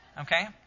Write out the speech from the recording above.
okay